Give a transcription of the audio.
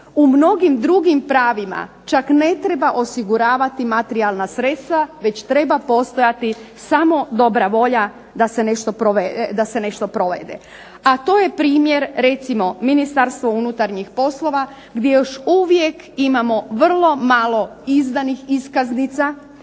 U mnogim drugim pravima čak ne treba osiguravati materijalna sredstva već treba samo postojati dobra volja da se nešto provede. A to je primjer recimo Ministarstvo unutarnjih poslova gdje još uvijek imamo vrlo malo izdanih iskaznica